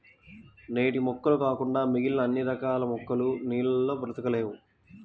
నీటి మొక్కలు కాకుండా మిగిలిన అన్ని రకాల మొక్కలు నీళ్ళల్లో బ్రతకలేవు